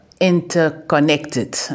interconnected